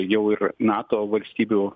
jau ir nato valstybių